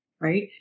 right